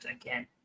again